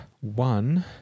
one